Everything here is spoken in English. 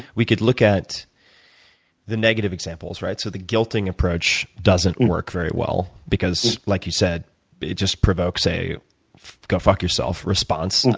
we could look at the negative examples, right? so the guilting approach doesn't work very well, because like you said, it just provokes a go fuck yourself response. and